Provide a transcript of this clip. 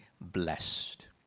blessed